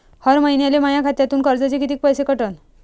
हर महिन्याले माह्या खात्यातून कर्जाचे कितीक पैसे कटन?